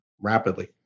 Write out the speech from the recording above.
rapidly